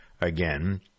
again